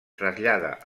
trasllada